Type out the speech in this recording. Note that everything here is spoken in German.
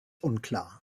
unklar